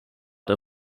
der